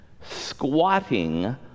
squatting